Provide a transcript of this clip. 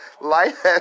life